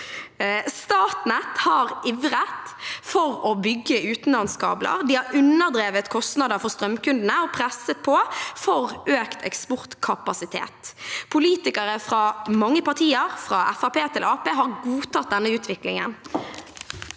Statnett har ivret for å bygge utenlandskabler. De har underdrevet kostnader for strømkundene og presset på for økt eksportkapasitet. Politikere fra mange partier – fra Fremskrittspartiet til